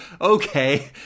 okay